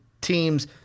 teams